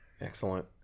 Excellent